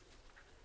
היום?